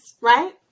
right